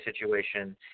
situation